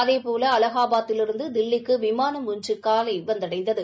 அதேபோல அலாகாபாத்திலிருந்து தில்லிக்கு விமானம் ஒன்று காலை வந்தடைந்தது